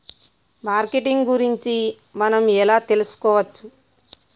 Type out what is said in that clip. Marketing గురించి మనం ఎలా తెలుసుకోవచ్చు?